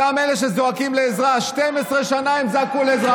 אותם אלה שזועקים לעזרה, 12 שנה הם זעקו לעזרה.